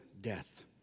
death